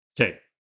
Okay